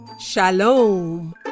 Shalom